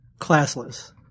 Classless